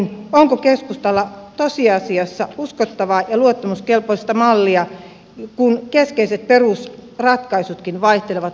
onko keskustalla tosiasiassa uskottavaa ja luottamuskelpoista mallia kun keskeiset perusratkaisutkin vaihtelevat ulostulosta riippuen